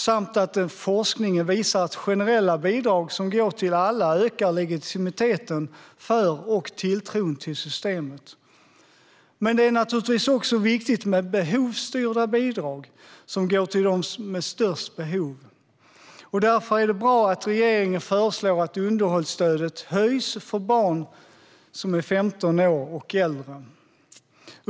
Vidare visar forskningen att generella bidrag som går till alla ökar legitimiteten för och tilltron till systemet. Men det är naturligtvis också viktigt med behovsstyrda bidrag som går till dem med störst behov. Därför är det bra att regeringen föreslår att underhållsstödet höjs för barn 15 år och äldre.